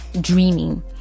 dreaming